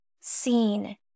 seen